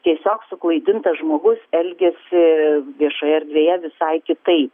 tiesiog suklaidintas žmogus elgiasi viešoje erdvėje visai kitaip